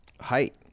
Height